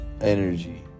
energy